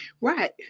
Right